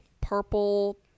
purple